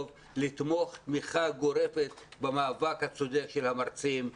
ולתמוך תמיכה גורפת במאבק הצודק של המרצים.